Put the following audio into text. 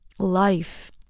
life